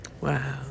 Wow